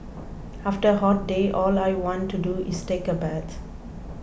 after a hot day all I want to do is take a bath